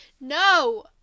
No